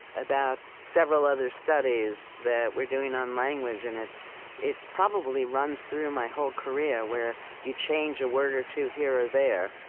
about several other studies that we're doing on language, and it probably runs through my whole career, where you change a word or two, here or there,